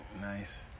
nice